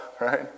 right